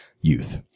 Youth